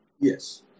Yes